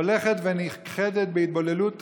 הולכת ונכחדת בהתבוללות טרגית,